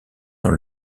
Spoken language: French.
dans